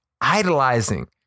idolizing